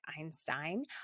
Einstein